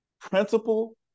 principle